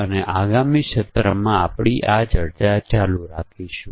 અને આપણે આગળના વ્યાખ્યાનમાં જોડી મુજબના પરીક્ષણ વિશે ચર્ચા કરીશું